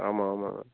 ஆமாம் ஆமாம்